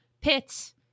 pits